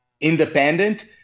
Independent